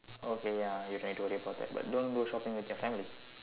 okay ya lah you can don't report that but don't go shopping with your family